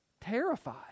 Terrified